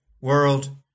world